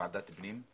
בוועדת הפנים.